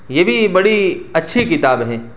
یہ بھی بڑی اچھی کتاب ہے